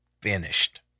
finished